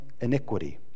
iniquity